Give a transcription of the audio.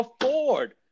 afford